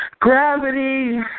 gravity